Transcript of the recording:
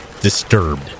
disturbed